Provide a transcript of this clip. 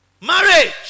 Marriage